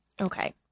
Okay